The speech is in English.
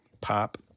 Pop